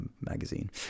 magazine